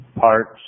parts